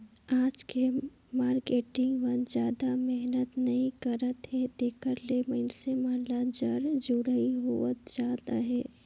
आज के मारकेटिंग मन जादा मेहनत नइ करत हे तेकरे ले मइनसे मन ल जर जुड़ई होवत जात अहे